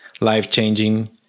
life-changing